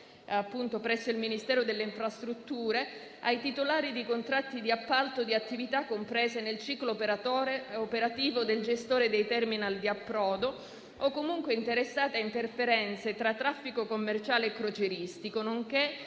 presso il Ministero delle infrastrutture ai titolari di contratti di appalto di attività comprese nel ciclo operativo del gestore dei *terminal* di approdo o comunque interessati a interferenze tra traffico commerciale e crocieristico, nonché